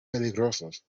peligrosos